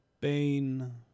Bane